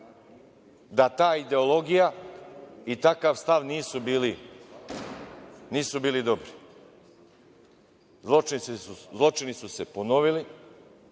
da ta ideologija i takav stav nisu bili dobri. Zločini su se ponovili,